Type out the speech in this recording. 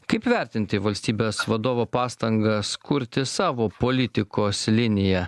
kaip vertinti valstybės vadovo pastangas kurti savo politikos liniją